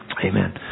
Amen